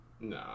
nah